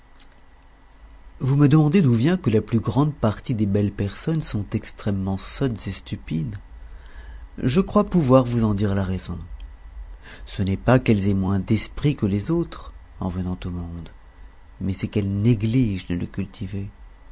vous me demandez d'où vient que la plus grande partie des belles personnes sont extrêmement sottes et stupides je crois pouvoir vous en dire la raison ce n'est pas qu'elles aient moins d'esprit que les autres en venant au monde mais c'est qu'elles négligent de le cultiver